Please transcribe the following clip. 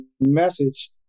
message